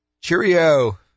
Cheerio